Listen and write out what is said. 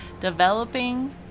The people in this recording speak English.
developing